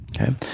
Okay